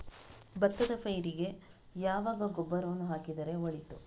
ಭತ್ತದ ಪೈರಿಗೆ ಯಾವಾಗ ಗೊಬ್ಬರವನ್ನು ಹಾಕಿದರೆ ಒಳಿತು?